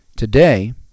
Today